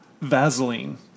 Vaseline